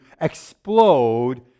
explode